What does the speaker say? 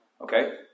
Okay